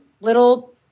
little